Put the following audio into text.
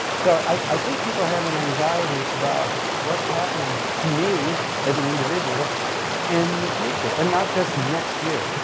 so i think people have an anxiety about what's happening to me as an individual in the future and not just next year.